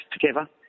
together